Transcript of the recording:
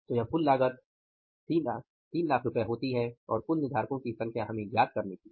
तो कुल लागत 300000 रु होती है और कुल निर्धारको की संख्या हमें ज्ञात करनी थी